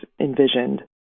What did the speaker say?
envisioned